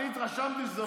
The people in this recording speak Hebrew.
אני התרשמתי שזה לא,